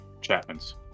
Chapman's